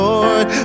Lord